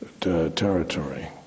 territory